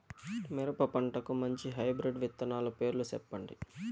మిరప పంటకు మంచి హైబ్రిడ్ విత్తనాలు పేర్లు సెప్పండి?